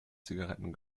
zigaretten